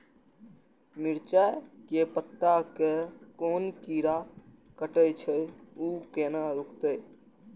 मिरचाय के पत्ता के कोन कीरा कटे छे ऊ केना रुकते?